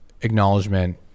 acknowledgement